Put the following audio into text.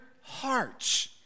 hearts